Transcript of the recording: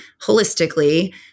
holistically